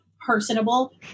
personable